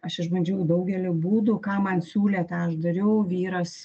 aš išbandžiau daugelį būdų ką man siūlė tą aš dariau vyras